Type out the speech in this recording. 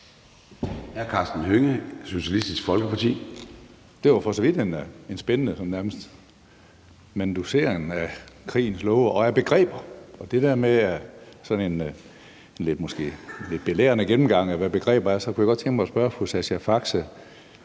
00:56 Karsten Hønge (SF): Det var for så vidt en spændende tale og nærmest en manuducering af krigens love og af begreber. Efter den der måske sådan lidt belærende gennemgang af, hvad begreber er, kunne jeg godt tænke mig at spørge fru Sascha Faxe